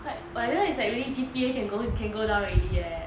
but this [one] is like really G_P_A can go down already eh